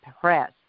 Press